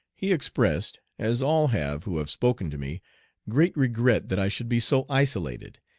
he expressed as all have who have spoken to me great regret that i should be so isolated,